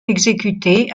exécutée